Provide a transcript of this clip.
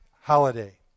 holiday